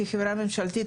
החברה הממשלתית,